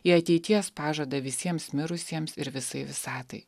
į ateities pažadą visiems mirusiems ir visai visatai